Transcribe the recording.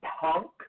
punk